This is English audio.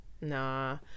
nah